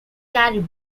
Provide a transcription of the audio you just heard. cariboo